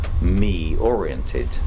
me-oriented